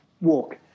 walk